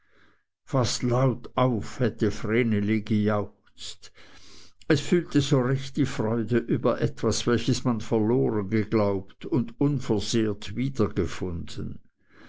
fast laut auf hätte vreneli gejauchzt es fühlte so recht die freude über etwas welches man verloren geglaubt und unversehrt